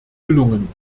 gelungen